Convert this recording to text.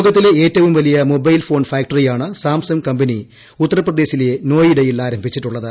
ലോകത്തിലെ ഏറ്റവും വലിയ മൊബൈൽ സ്റ്റോൺ ഫാക്ടറിയാണ് സാംസങ്ങ് കമ്പനി ഉത്തർപ്രദേശിലെ നോയിഡയിൽ ആരംഭിച്ചിട്ടുള്ളത്